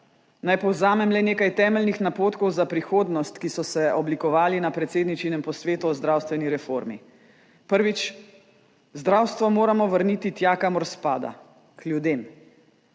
Naj povzamem le nekaj temeljnih napotkov za prihodnost, ki so se oblikovali na predsedničinem posvetu o zdravstveni reformi. Prvič, zdravstvo moramo vrniti tja, kamor spada – k ljudem.